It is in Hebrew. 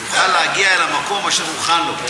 יוכל להגיע אל המקום אשר הוכן לו,